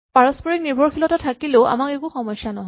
পাৰস্পৰিক নিৰ্ভৰশীলতা থাকিলেও আমাৰ একো সমস্যা নহয়